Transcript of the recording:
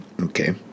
Okay